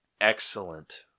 excellent